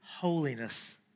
holiness